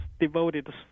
devoted